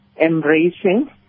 embracing